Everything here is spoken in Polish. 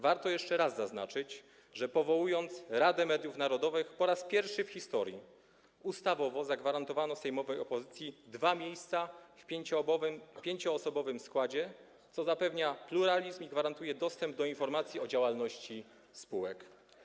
Warto jeszcze raz zaznaczyć, że powołując Radę Mediów Narodowych, po raz pierwszy w historii ustawowo zagwarantowano sejmowej opozycji dwa miejsca w 5-osobowym składzie, co zapewnia pluralizm i gwarantuje dostęp do informacji o działalności spółek.